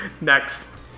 Next